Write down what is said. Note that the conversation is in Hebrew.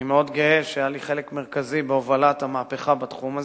אני מאוד גאה שהיה לי חלק מרכזי בהובלת המהפכה בתחום הזה.